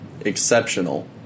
exceptional